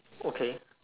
okay